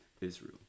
Israel